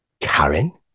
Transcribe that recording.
Karen